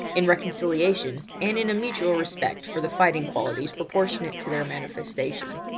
in reconciliation, and in a mutual respect for the fighting qualities proportionate to their manifestation.